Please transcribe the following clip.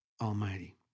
Almighty